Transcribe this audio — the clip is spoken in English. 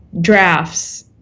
drafts